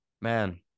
man